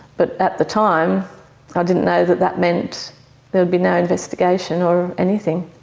but at the time i didn't know that that meant there would be no investigation or anything.